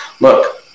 look